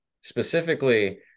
specifically